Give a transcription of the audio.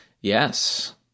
Yes